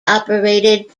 operated